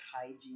hygiene